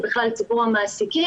ובכלל ציבור המעסיקים,